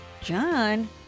John